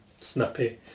snappy